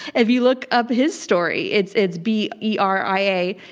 if you look up his story, it's, it's b e r i a.